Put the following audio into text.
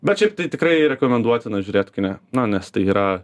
bet šiaip tai tikrai rekomenduotina žiūrėt kine na nes tai yra